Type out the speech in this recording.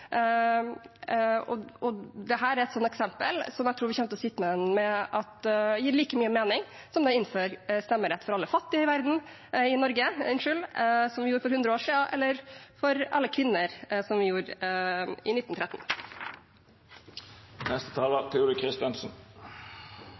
Jeg tror vi kommer til å sitte igjen med at dette gir like mye mening som å innføre stemmerett for alle fattige i Norge, som vi gjorde for 100 år siden, eller for alle kvinner, som vi gjorde i